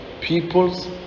peoples